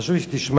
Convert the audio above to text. חשוב לי שתשמע.